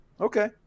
Okay